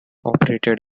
operated